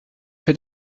fais